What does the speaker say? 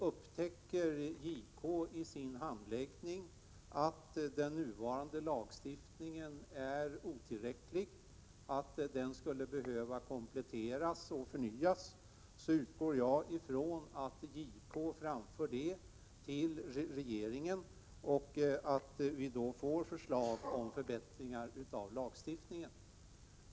Upptäcker JK i sin handläggning att den nuvarande lagstiftningen är otillräcklig och att den skulle behöva kompletteras och förnyas, utgår jag från att JK framför detta tillregeringen och att vi då får förslag om förbättringar av lagstiftningen.